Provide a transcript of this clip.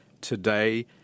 today